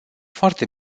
foarte